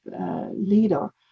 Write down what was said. leader